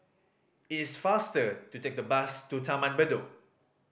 it is faster to take the bus to Taman Bedok